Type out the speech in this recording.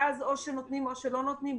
ואז נותנים או שלא נותנים,